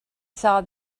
saw